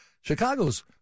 Chicago's